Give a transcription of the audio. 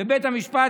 בית המשפט,